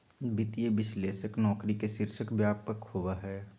वित्तीय विश्लेषक नौकरी के शीर्षक व्यापक होबा हइ